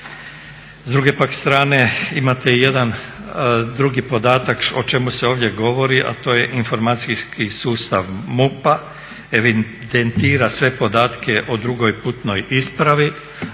S druge pak strane imate jedan drugi podatak o čemu se ovdje govori, a to je informacijski sustav MUP-a evidentira sve podatke o drugoj putnoj ispravi,